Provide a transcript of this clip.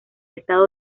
estado